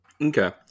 Okay